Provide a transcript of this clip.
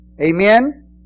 Amen